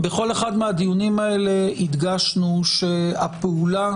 בכל אחד מהדיונים הללו הדגשנו שהפעולה